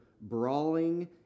brawling